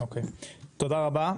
תודה רבה.